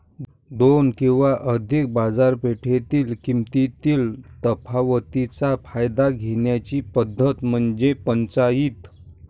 दोन किंवा अधिक बाजारपेठेतील किमतीतील तफावतीचा फायदा घेण्याची पद्धत म्हणजे पंचाईत